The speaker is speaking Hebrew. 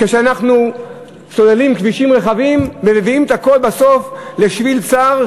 כשאנחנו סוללים כבישים רחבים ומביאים את הכול בסוף לשביל צר,